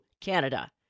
Canada